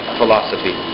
philosophy